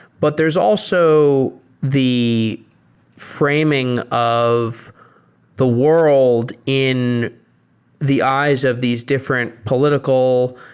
but there is also the framing of the world in the eyes of these different political,